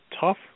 tough